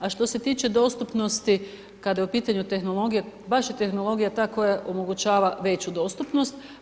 A što se tiče dostupnosti kada je u pitanju tehnologija, baš je tehnologija ta koja omogućava veću dostupnost.